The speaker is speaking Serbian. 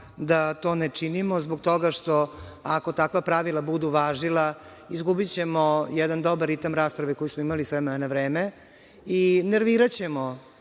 da to ne činimo zbog toga što ako takva pravila budu važila, izgubićemo jedan dobar ritam rasprave koji smo imali s vremena na vreme i nerviraćemo